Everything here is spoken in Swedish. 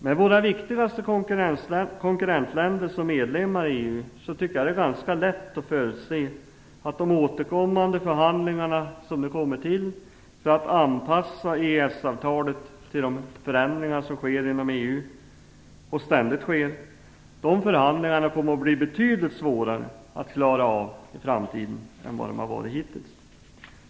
Med våra viktigaste konkurrentländer som medlemmar i EU är det ganska lätt att förutse att de återkommande förhandlingarna om att anpassa EES-avtalet till de förändringar som ständigt sker inom EU kommer att bli betydligt svårare att klara av i framtiden än de varit hittills.